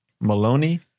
maloney